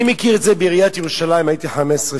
אני מכיר את זה, הייתי בעיריית ירושלים 15 שנה,